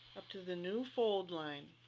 up to the new fold line.